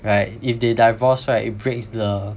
right if they divorce right it breaks the